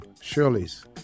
Shirley's